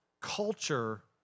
culture